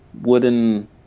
Wooden